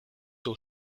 aux